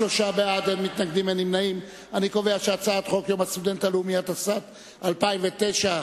את הצעת חוק יום הסטודנט הלאומי, התשס"ט 2009,